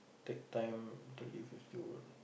take time to live with still will